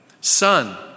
Son